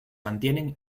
mantienen